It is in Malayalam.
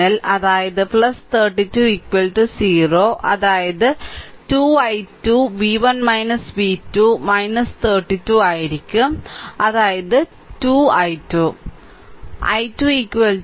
അതിനാൽ 32 0 അതായത് 2 i2 അത് v1 v2 32 ആയിരിക്കും അതായത് 2 i2 അതായത് i2 v1 v2 32 2